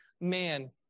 man